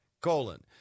colon